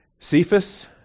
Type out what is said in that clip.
Cephas